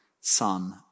Son